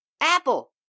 Apple